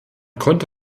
konnte